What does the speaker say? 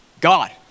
God